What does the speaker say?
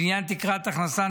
לעניין תקרות הכנסה,